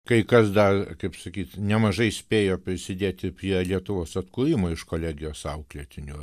kai kas dar kaip sakyt nemažai spėjo prisidėti prie lietuvos atkūrimo iš kolegijos auklėtinių